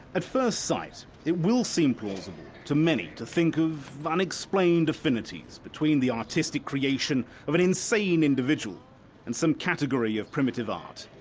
at first sight, it will seem plausible to many to think of unexplained affinities between the artistic creation of an insane individual and some category of primitive art.